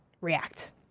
react